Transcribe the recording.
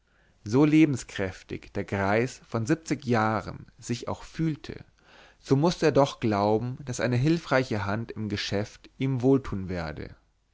so lebenskräftig der greis von siebzig jahren sich auch fühlte mußte er doch glauben daß eine hülfreiche hand im geschäft ihm wohltun werde